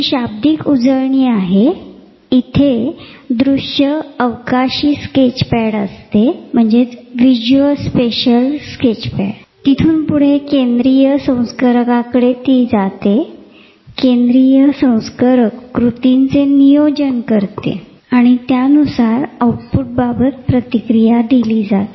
हि शाब्दिक उजळणी आहे इथे दृश्य अवकाशी स्केचपॅड असते तिथून पुढे केंद्रीय संस्करकाकडे जाते केंद्रीय संस्करक कृतींचे नियोजन कतो आणि त्यानुसार आउटपुट बाबत प्रतीक्रिया दिली जाते